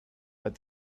but